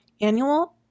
annual